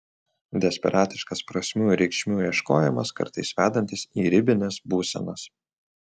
desperatiškas prasmių ir reikšmių ieškojimas kartais vedantis į ribines būsenas